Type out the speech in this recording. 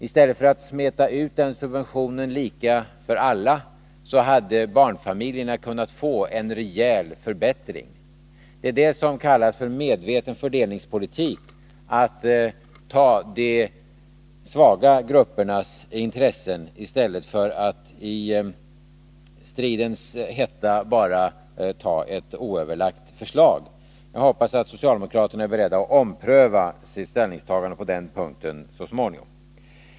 I stället för att smeta ut denna subvention lika för alla hade man kunnat ge barnfamiljerna en rejäl förbättring. Det är detta som kallas för medveten fördelningspolitik, att se till de svaga gruppernas intressen i stället för att i stridens hetta bara anta ett oöverlagt förslag. Jag hoppas att socialdemokraterna är beredda att ompröva sitt ställningstagande på den punkten så småningom.